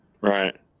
Right